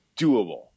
doable